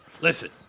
Listen